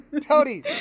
Tony